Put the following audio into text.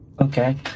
Okay